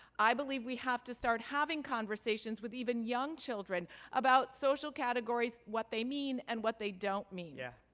i believe we have to start having conversations with even young children about social categories, what they mean, and what they don't mean. yeah.